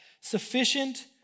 Sufficient